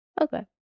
Okay